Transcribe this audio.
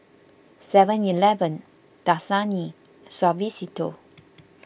Seven Eleven Dasani Suavecito